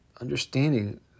understanding